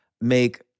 make